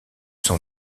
sont